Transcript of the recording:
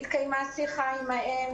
התקיימה שיחה עם האם,